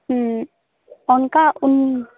ᱚᱱᱠᱟ ᱩᱱ